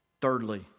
Thirdly